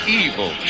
evil